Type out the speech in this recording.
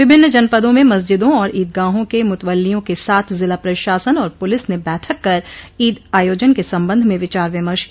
विभिन्न जनपदों में मस्जिदों और ईदगाहों के मुतवल्लियो के साथ जिला प्रशासन और पुलिस ने बैठक कर ईद आयोजन के संबंध में विचार विमर्श किया